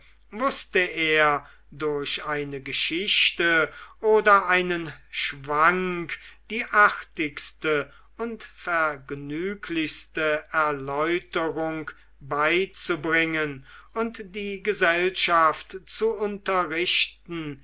wußte er durch eine geschichte oder einen schwank die artigste und vergnüglichste erläuterung beizubringen und die gesellschaft zu unterrichten